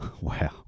Wow